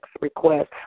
request